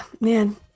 man